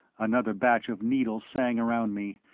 another batch of needles sang around me,